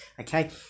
okay